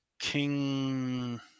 king